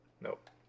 nope